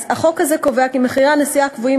החוק הזה קובע כי מחירי הנסיעה הקבועים